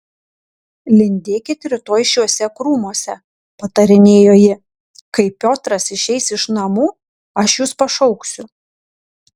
lindėkit rytoj šiuose krūmuose patarinėjo ji kai piotras išeis iš namų aš jus pašauksiu